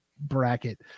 bracket